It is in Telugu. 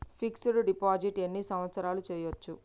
ఫిక్స్ డ్ డిపాజిట్ ఎన్ని సంవత్సరాలు చేయచ్చు?